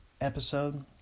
episode